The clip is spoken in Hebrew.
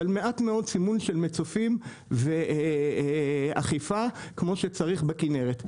אבל מעט מאוד סימון של מצופים ואכיפה כמו שצריך בכנרת,